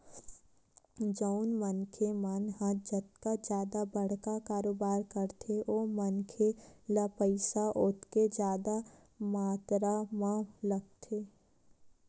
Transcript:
जउन मनखे मन ह जतका जादा बड़का कारोबार करथे ओ मनखे ल पइसा ओतके जादा मातरा म लगथे